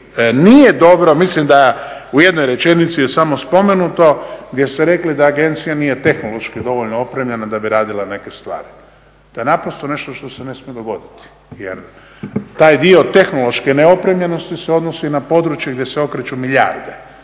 nije dobro, mislim da je u jednoj rečenici je samo spomenuto, gdje ste rekli da agencija nije tehnološki dovoljno opremljena da bi radila neke stvari, to je nešto što se ne smije dogoditi jer taj dio tehnološke neopremljenosti se odnosi na područje gdje se okreću milijarde,